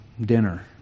dinner